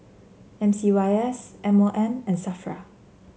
M C Y S M O M and Safra